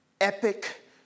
epic